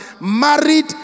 married